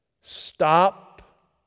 stop